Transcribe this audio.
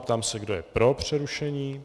Ptám se, kdo je pro přerušení.